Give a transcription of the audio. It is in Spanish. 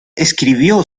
escribo